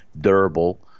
durable